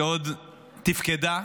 כשעוד תפקדה,